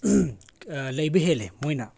ꯂꯩꯕ ꯍꯦꯜꯂꯦ ꯃꯣꯏꯅ